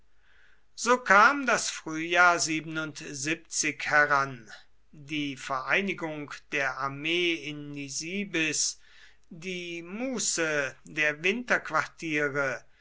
so kam das frühjahr heran die vereinigung der armee in nisibis die muße der winterquartiere